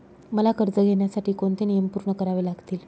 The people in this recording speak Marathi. मला कर्ज घेण्यासाठी कोणते नियम पूर्ण करावे लागतील?